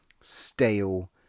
stale